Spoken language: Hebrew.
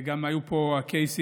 גם היו פה הקייסים,